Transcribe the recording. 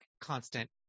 constant